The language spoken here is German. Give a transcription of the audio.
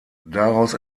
daraus